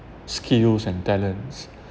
skills and talents